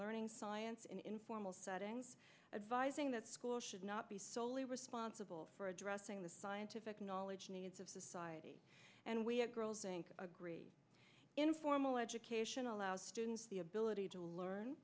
learning science in informal settings advising that schools should not be soley responsible for addressing the scientific knowledge needs of society and we have girls think a great informal education allows students the ability to learn